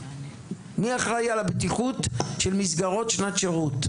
מי אחראי על הבטיחות של מסגרות שנת שירות?